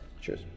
Cheers